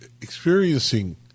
experiencing